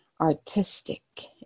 artistic